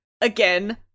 again